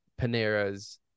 Panera's